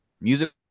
music